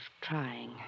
trying